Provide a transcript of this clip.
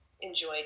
enjoy